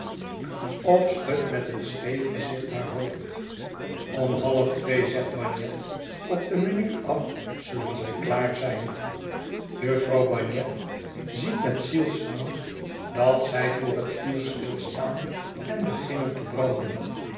of schudt met een scheef gezicht haar hoofd om half twee zegt bagnet op de minuut af zullen zij klaar zijn jufvrouw bagnet ziet met zielsangst dat zij voor het vuur stilstaan en beginnen te branden